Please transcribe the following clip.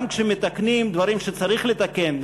גם כשמתקנים דברים שצריך לתקן,